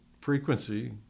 frequency